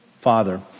father